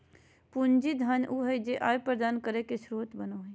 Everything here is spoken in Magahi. पूंजी उ धन हइ जे आय प्रदान करे के स्रोत बनो हइ